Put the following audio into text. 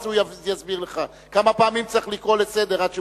הוא יסביר לך כמה פעמים צריך לקרוא לסדר עד שמוציאים.